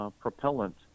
propellant